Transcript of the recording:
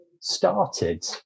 started